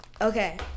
Okay